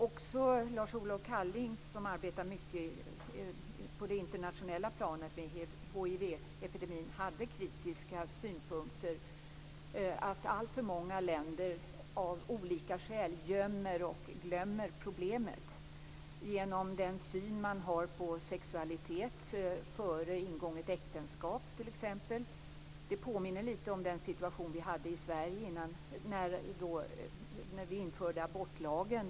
Också Lars Olof Kallings, som arbetar mycket med hivepidemin på det internationella planet, hade kritiska synpunkter, t.ex. att alltför många länder av olika skäl gömmer och glömmer problemet genom den syn man har på sexualitet före ingånget äktenskap. Det påminner lite om den situation vi hade i Sverige när vi införde abortlagen.